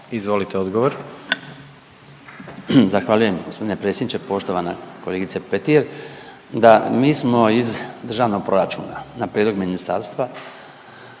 Branko (HDZ)** Zahvaljujem g. predsjedniče. Poštovana kolegice Petir, da mi smo iz državnog proračuna na prijedlog Ministarstva